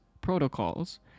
protocols